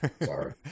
Sorry